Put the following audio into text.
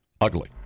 ugly